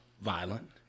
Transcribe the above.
violent